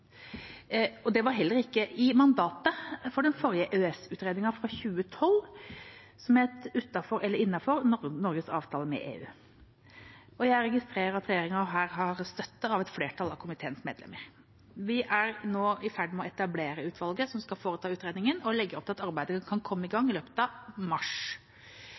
Det var heller ikke i mandatet for den forrige EØS-utredningen, fra 2012, som het Utenfor eller innenfor – Norges avtaler med EU. Jeg registrerer at regjeringa her har støtte fra et flertall av komiteens medlemmer. Vi er nå i ferd med å etablere utvalget som skal foreta utredningen, og vi legger opp til at arbeidet kan komme i gang i løpet av mars.